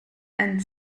and